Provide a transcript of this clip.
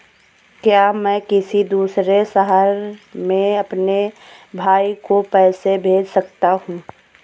क्या मैं किसी दूसरे शहर में अपने भाई को पैसे भेज सकता हूँ?